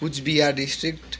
Cooch Behar district